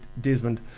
Desmond